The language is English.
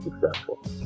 successful